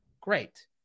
Great